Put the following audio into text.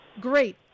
Great